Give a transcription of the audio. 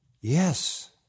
Yes